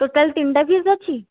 total ତିନିଟା piece ଅଛି